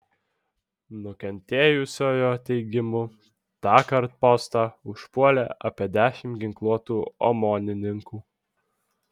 nukentėjusiojo teigimu tąkart postą užpuolė apie dešimt ginkluotų omonininkų